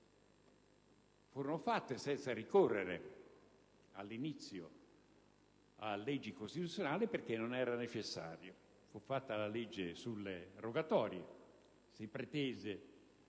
Furono varate senza ricorrere, all'inizio, a leggi costituzionali perché non era necessario. Fu fatta la legge sulle rogatorie: si pretese